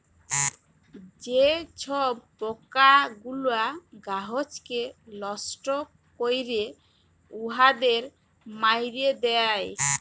যে ছব পকাগুলা গাহাচকে লষ্ট ক্যরে উয়াদের মাইরে দেয়